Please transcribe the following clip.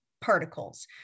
particles